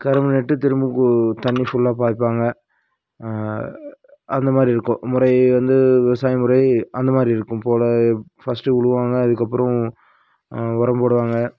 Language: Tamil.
கரும்பு நட்டு திரும்ப தண்ணி ஃபுல்லாக பாய்ப்பாங்க அந்தமாதிரி இருக்கும் முறை வந்து விவசாயமுறை அந்தமாதிரி இருக்கும் போல் ஃபஸ்ட்டு உழுவுவாங்க அதுக்கப்புறம் உரம் போடுவாங்கள்